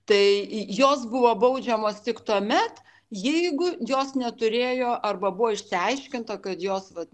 tai jos buvo baudžiamos tik tuomet jeigu jos neturėjo arba buvo išsiaiškinta kad jos vat